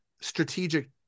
strategic